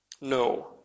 No